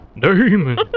Demon